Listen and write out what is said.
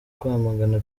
kwamagana